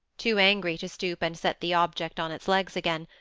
too angry to stoop and set the object on its legs again,